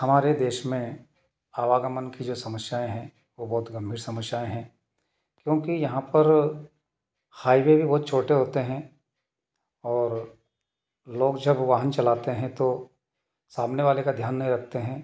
हमारे देश में आवागमन की जो समस्याएँ हैं वो बहुत गंभीर समस्याएँ हैं क्योंकि यहाँ पर हाईवे भी बहुत छोटे होते हैं और लोग जब वाहन चलाते हैं तो सामने वाले का ध्यान नहीं रखते हैं